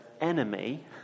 enemy